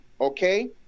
okay